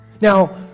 Now